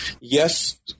Yes